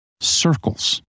circles